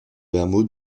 hameau